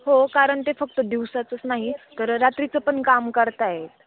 हो कारण ते फक्त दिवसाचंच नाही तर रात्रीचं पण काम करत आहेत